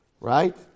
Right